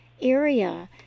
area